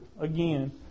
again